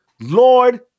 Lord